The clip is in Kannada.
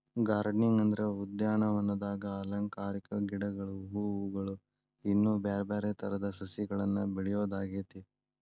ಗಾರ್ಡನಿಂಗ್ ಅಂದ್ರ ಉದ್ಯಾನವನದಾಗ ಅಲಂಕಾರಿಕ ಗಿಡಗಳು, ಹೂವುಗಳು, ಇನ್ನು ಬ್ಯಾರ್ಬ್ಯಾರೇ ತರದ ಸಸಿಗಳನ್ನ ಬೆಳಿಯೋದಾಗೇತಿ